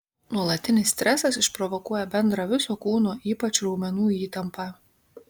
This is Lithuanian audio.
nuolatinis stresas išprovokuoja bendrą viso kūno ypač raumenų įtampą